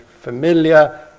familiar